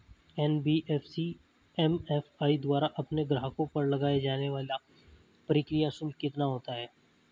NBFC MFI द्वारा अपने ग्राहकों पर लगाए जाने वाला प्रक्रिया शुल्क कितना होता है?